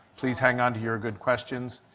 please hang on to your good questions.